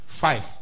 five